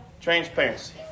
transparency